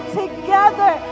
together